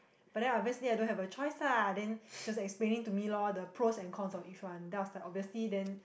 but then obviously I don't have a choice lah then she was explaining to me lor the pros and cons of each one then I was like obviously then